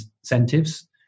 incentives